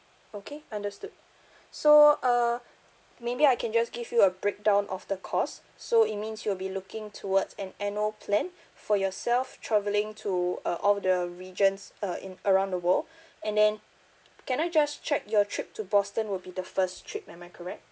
okay understood so uh maybe I can just give you a breakdown of the cost so it means you'll be looking towards an annual plan for yourself travelling to uh all the regions uh in around the world and then can I just check your trip to boston would be the first trip am I correct